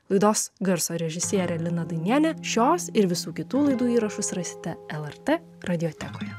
laidos garso režisierė lina dainienė šios ir visų kitų laidų įrašus rasite lrt radiotekoje